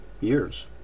years